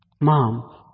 Mom